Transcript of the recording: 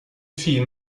fille